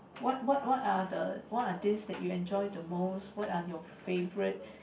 what what what are the what are this that you enjoy the most what are your favourite